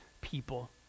people